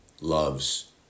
loves